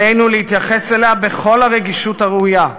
עלינו להתייחס אליה בכל הרגישות הראויה.